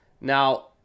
now